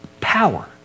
power